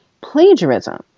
plagiarism